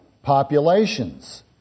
populations